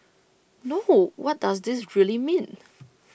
no what does this really mean